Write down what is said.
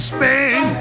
Spain